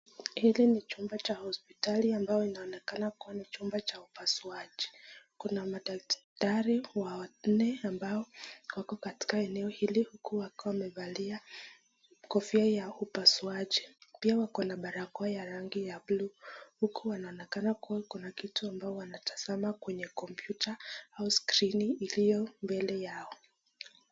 Hili ni chumba cha hospitali ambayo inaonekana kuwa ni chumba cha upasuaji. Kuna madaktari wanne ambao wako katika eneo hili huku wakiwa wamevalia kofia ya upasuaji, pia wakona barakoa ya rangi ya buluu, huku wanaonekana kuwa kuna kitu ambayo wanatazama kwenye kompyuta au skrini iliyo mbele yao.